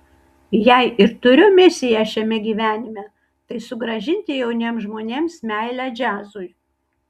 jei ir turiu misiją šiame gyvenime tai sugrąžinti jauniems žmonėms meilę džiazui